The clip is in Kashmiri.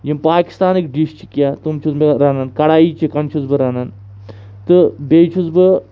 یِم پاکِستانٕکۍ ڈِش چھِ کینٛہہ تِم چھُس بہٕ رَنان کَڑایی چِکَن چھُس بہٕ رَنان تہٕ بیٚیہِ چھُس بہٕ